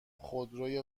خودروی